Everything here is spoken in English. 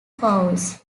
cowles